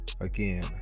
Again